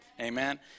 Amen